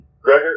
Gregor